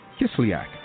Kislyak